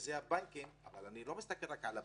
שזה בנקים אני לא מסתכל רק על הבנקים,